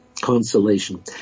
consolation